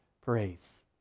praise